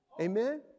Amen